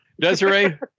Desiree